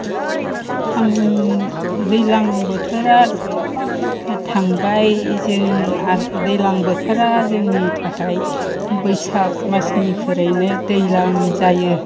दैज्लां बोथोरा थांबाय जों आरो दैज्लां बोथोरा जोंनि थाखाय बैसागो मासनिफ्रायनो दैज्लां जायो